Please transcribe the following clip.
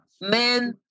men